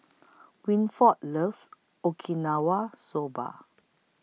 Winford loves Okinawa Soba